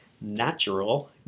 natural